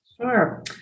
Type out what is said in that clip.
Sure